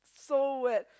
so wet